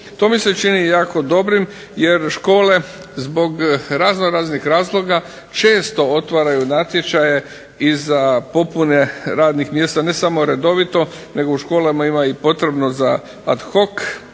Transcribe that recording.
To mi se čini jako dobrim jer škole zbog raznoraznih razloga često otvaraju natječaje i za popune radnih mjesta ne samo redovito nego u školama ima i potrebno za ad hoc,